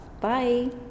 Bye